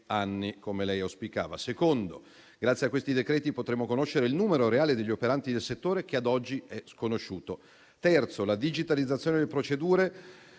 anni, come lei auspicava. Il secondo è che grazie a questi decreti potremo conoscere il numero reale degli operanti nel settore che ad oggi è sconosciuto. Il terzo è che la digitalizzazione delle procedure